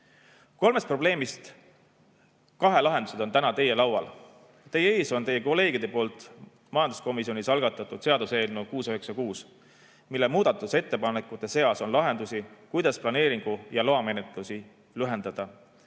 Kolmest probleemist kahe lahendused on täna teie laual. Teie ees on teie kolleegide poolt majanduskomisjonis algatatud seaduseelnõu 696, mille muudatusettepanekute seas on lahendusi, kuidas planeeringu‑ ja loamenetlusi lühendada,